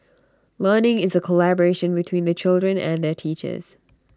learning is A collaboration between the children and their teachers